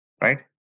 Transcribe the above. right